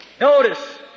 Notice